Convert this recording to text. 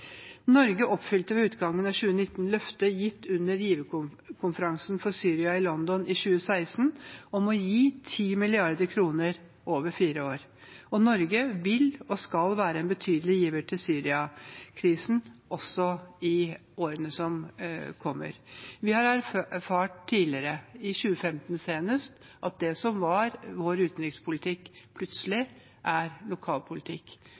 Norge oppfylte ved utgangen av 2019 løftet gitt under giverkonferansen for Syria i London i 2016 om å gi 10 mrd. kr over fire år. Norge vil og skal være en betydelig giver til Syria-krisen også i årene som kommer. Vi har tidligere erfart, senest i 2015, at det som var vår utenrikspolitikk, plutselig er lokalpolitikk.